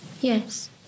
Yes